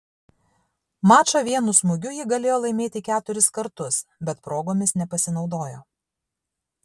mačą vienu smūgiu ji galėjo laimėti keturis kartus bet progomis nepasinaudojo